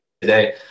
today